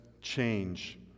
change